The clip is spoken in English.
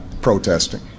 protesting